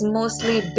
mostly